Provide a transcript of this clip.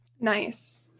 Nice